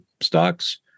stocks